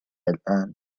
الآن